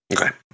Okay